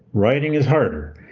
writing is harder.